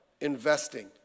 investing